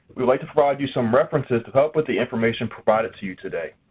we'd like to provide you some references to help with the information provided to you today.